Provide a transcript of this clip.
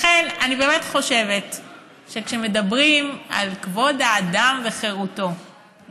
לכן אני באמת חושבת שכשמדברים על כבוד האדם וחירותו,